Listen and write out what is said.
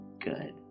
good